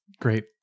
Great